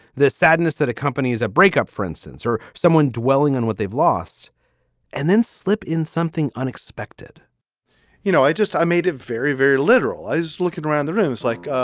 the sadness that accompanies a breakup, for instance, or someone dwelling on what they've lost and then slip in something unexpected you know, i just i made it very, very literal i was looking around the room is like